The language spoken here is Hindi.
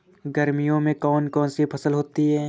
गर्मियों में कौन कौन सी फसल होती है?